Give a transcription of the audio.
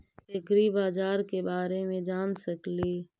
ऐग्रिबाजार के बारे मे जान सकेली?